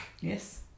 Yes